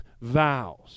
vows